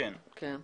כן.